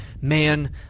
man